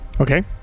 Okay